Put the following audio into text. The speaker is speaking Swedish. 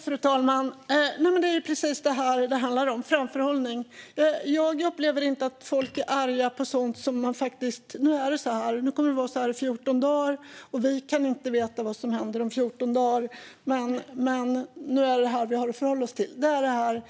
Fru talman! Framförhållning är precis vad det handlar om. Jag upplever inte att folk är arga på sådant som man faktiskt förstår: Nu är det så här, och nu kommer det att vara så här i 14 dagar. Vi kan inte veta vad som händer om 14 dagar, men nu har vi att förhålla oss till det här. Det är snarare det här